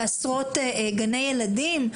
בעשרות גני ילדים.